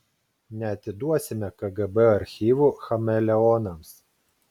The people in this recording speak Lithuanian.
neatiduosime kgb archyvų chameleonams